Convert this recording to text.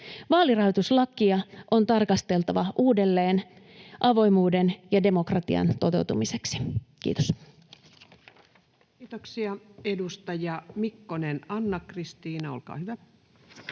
Vaalirahoituslakia on tarkasteltava uudelleen avoimuuden ja demokratian toteutumiseksi. — Kiitos. Kiitoksia. — Edustaja Mikkonen, Anna-Kristiina, olkaa hyvä.